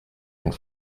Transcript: and